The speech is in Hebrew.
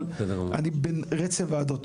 אבל אני בין רצף ועדות.